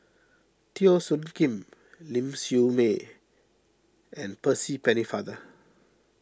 Teo Soon Kim Ling Siew May and Percy Pennefather